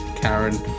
Karen